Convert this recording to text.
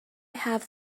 have